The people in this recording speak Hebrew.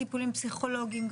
טיפולים פסיכולוגיים,